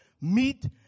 Meet